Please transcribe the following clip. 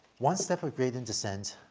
one step of gradient descent,